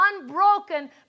unbroken